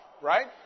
right